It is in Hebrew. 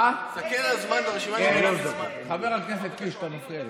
תסתכל על הזמן, חבר הכנסת קיש, אתה מפריע לי.